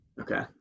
Okay